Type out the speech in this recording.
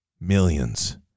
millions